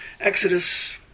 Exodus